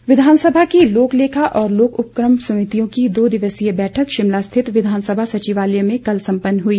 समिति विधानसभा की लोकलेखा और लोक उपकम समितियों की दो दिवसीय बैठक शिमला स्थित विधानसभा संचिवालय में कल सम्पन्न हुई